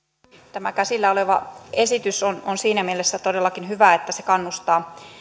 tämä käsillä oleva esitys on on siinä mielessä todellakin hyvä että se kannustaa